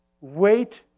wait